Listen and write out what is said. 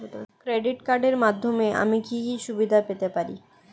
Credit কার্ডের মাধ্যমে আমি কি কি সুবিধা পেতে পারি?